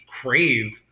crave